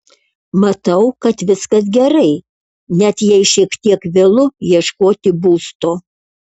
matau kad viskas gerai net jei šiek tiek vėlu ieškoti būsto